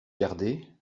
gardé